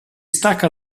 stacca